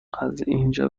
ازاینجا